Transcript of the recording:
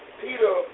Peter